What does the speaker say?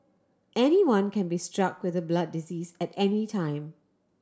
anyone can be struck with a blood disease at any time